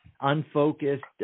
unfocused